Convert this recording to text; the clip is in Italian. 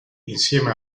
insieme